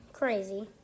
crazy